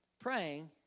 praying